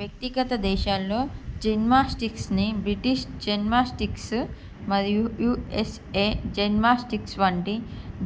వ్యక్తిగత దేశాల్లో జిమ్నాస్టిక్స్ని బ్రిటిష్ జిమ్నాస్టిక్స్ మరియు యుఎస్ఎ జిమ్నాస్టిక్స్ వంటి